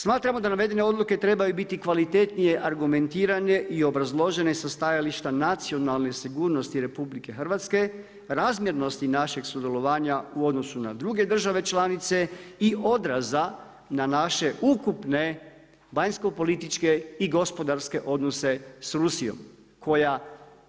Smatramo da navedene odluke trebaju biti kvalitetnije argumentirane i obrazložene sa stajališta nacionalne sigurnosti RH, razmjernosti našeg sudjelovanja u odnosu na druge države članice i odraza na naše ukupne vanjsko-političke i gospodarske odnose sa Rusijom koja